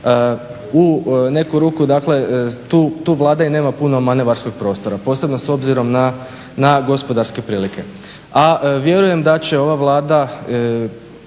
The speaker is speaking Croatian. u neku ruku dakle tu Vlada i nema puno manevarskog prostora, posebno s obzirom na gospodarske prilike. A vjerujem da će ova Vlada